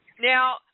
Now